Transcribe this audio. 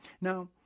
Now